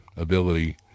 ability